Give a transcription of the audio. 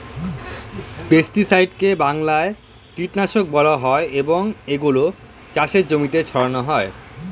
পেস্টিসাইডকে বাংলায় কীটনাশক বলা হয় এবং এগুলো চাষের জমিতে ছড়ানো হয়